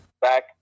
back